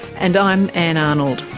and i'm ann arnold